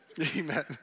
Amen